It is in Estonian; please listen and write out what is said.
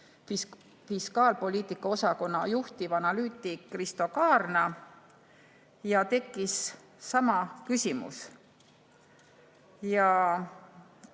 fiskaalpoliitika osakonna juhtivanalüütik Risto Kaarna ja tekkis sama küsimus. Ma